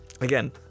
again